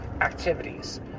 activities